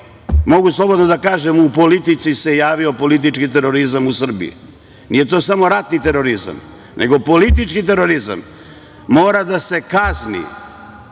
slobodno da kažem da se u politici javio politički terorizam u Srbiji. Nije to samo ratni terorizam, nego politički terorizam mora da se kazni,